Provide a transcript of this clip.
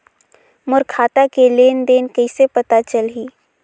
मोर खाता के लेन देन कइसे पता चलही?